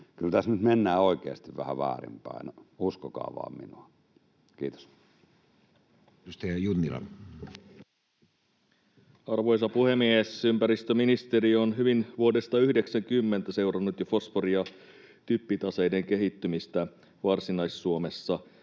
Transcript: Kyllä tässä nyt mennään oikeasti vähän väärinpäin. Uskokaa vaan minua. — Kiitos. Edustaja Junnila. Arvoisa puhemies! Ympäristöministeriö on hyvin jo vuodesta 90 seurannut fosfori‑ ja typpitaseiden kehittymistä Varsinais-Suomessa.